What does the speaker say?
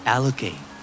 Allocate